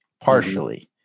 partially